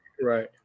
right